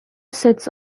sits